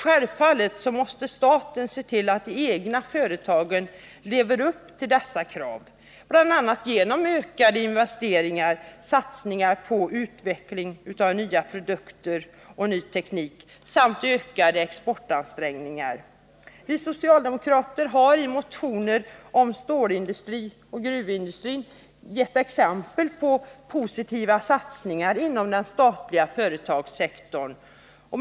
Självfallet måste staten se till att de egna företagen lever upp till dessa krav, bl.a. genom ökade investeringar, satsningar på utveckling av nya produkter och ny teknik samt ökade exportansträngningar. Vi socialdemokrater har i motioner om stålindustrin och gruvindustrin gett exempel på positiva satsningar inom den statliga företagssektorn.